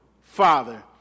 father